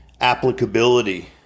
applicability